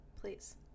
Please